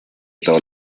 todos